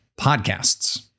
podcasts